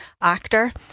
actor